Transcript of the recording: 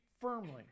firmly